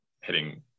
hitting